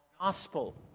gospel